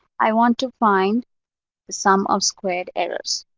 i want to find the sum of squared errors.